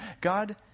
God